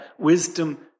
wisdom